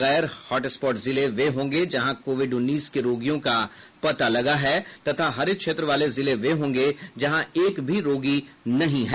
गैर हॉटस्पॉट जिले वे होंगे जहां कोविड़ उन्नीस के रोगियों का पता लगा है तथा हरित क्षेत्र वाले जिले वे होंगे जहां एक भी रोगी नहीं है